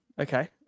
Okay